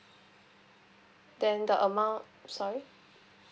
then the amount sorry